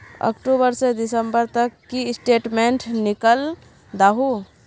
अक्टूबर से दिसंबर तक की स्टेटमेंट निकल दाहू?